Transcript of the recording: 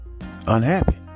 unhappy